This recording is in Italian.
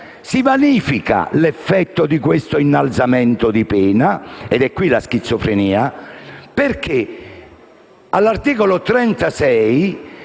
Si vanifica l'effetto di questo innalzamento di pena - da qui la schizofrenia - perché all'articolo 36